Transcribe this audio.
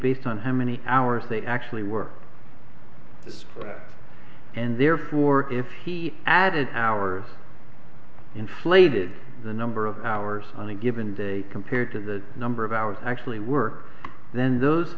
based on how many hours they actually work this out and therefore if he added hours inflated the number of hours on a given day compared to the number of hours actually worked then those